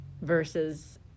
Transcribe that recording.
versus